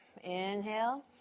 inhale